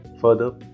Further